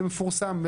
זה מפורסם.